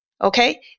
okay